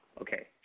Okay